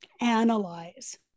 analyze